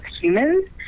humans